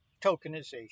tokenization